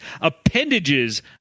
appendages